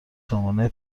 سامانه